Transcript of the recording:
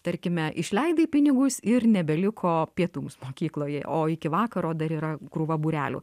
tarkime išleidai pinigus ir nebeliko pietums mokykloje o iki vakaro dar yra krūva būrelių